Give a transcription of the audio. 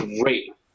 Great